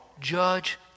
judge